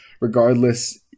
Regardless